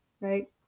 right